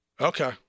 Okay